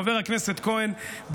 חבר הכנסת כהן,